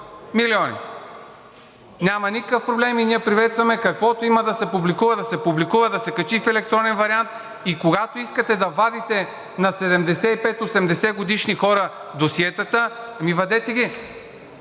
милиони. Няма никакъв проблем и ние приветстваме, каквото има да се публикува да се публикува, да се качи в електронен вариант и когато искате да вадите на 75 – 80-годишни хора досиетата, ами вадете ги,